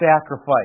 sacrifice